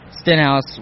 Stenhouse